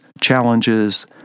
challenges